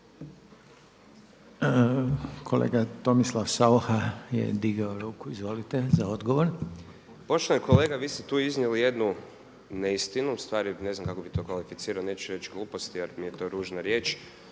Kolega Tomislav Saucha je digao ruku. Izvolite za odgovor. **Saucha, Tomislav (SDP)** Poštovani kolega vi ste tu iznijeli jednu neistinu, ustvari ne znam kako bi to kvalificirao, neću reći glupost jer mi je to ružna riječ.